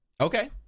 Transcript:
Okay